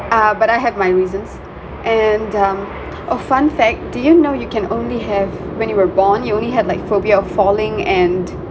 ah but I have my reasons and um a fun fact do you know you can only have when you were born you only have like phobia of falling and